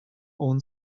own